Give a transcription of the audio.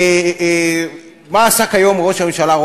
ובעיקר לגרום לפקידות הממשלתית